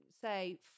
say